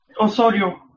Osorio